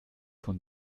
von